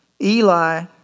Eli